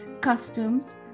customs